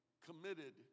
committed